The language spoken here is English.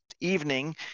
evening